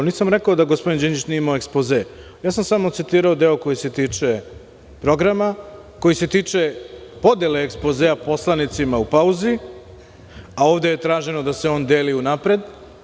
Nisam rekao da gospodin Đinđić nije imao ekspoze, samo sam citirao deo koji se tiče programa, koji se tiče podele ekspozea poslanicima u pauzi, a ovde je traženo da se on deli unapred.